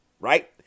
right